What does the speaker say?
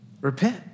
repent